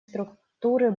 структуры